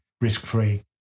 risk-free